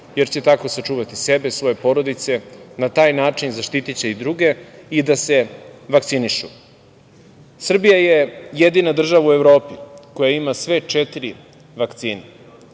jer će tako sačuvati sebe, svoje porodice, na taj način zaštitiće i druge i da se vakcinišu. Srbija je jedina država u Evropi koja ima sve četiri vakcine